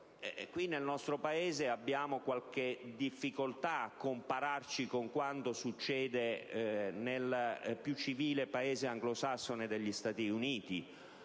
ma nel nostro Paese abbiamo qualche difficoltà a compararci con quanto accade in un civilissimo Paese anglosassone, negli Stati Uniti.